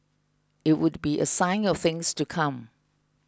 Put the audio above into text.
it would be a sign of things to come